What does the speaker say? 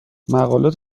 مقالات